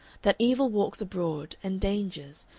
that evil walks abroad and dangers,